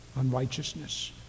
unrighteousness